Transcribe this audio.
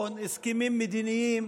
הסכמים מדיניים,